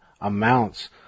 amounts